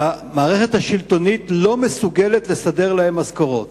והמערכת השלטונית לא מסוגלת לסדר להם משכורות.